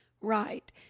right